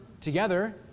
together